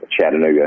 Chattanooga